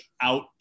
out